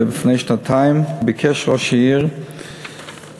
ולפני שנתיים ביקש ראש העיר,